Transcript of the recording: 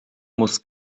muss